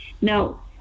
Now